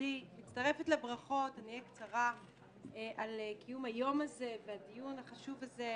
חברתי על קיום היום הזה והדיון החשוב הזה.